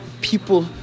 people